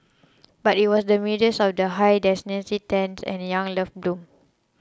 but it was in the midst of these high density tents and young love bloomed